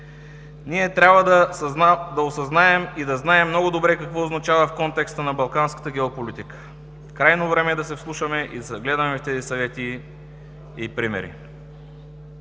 Трябва да осъзнаем и да знаем много добре какво означава в контекста на балканската геополитика. Крайно време е да се вслушаме и загледаме в тези съвети и примери.